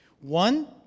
One